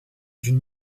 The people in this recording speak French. d’une